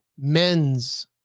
men's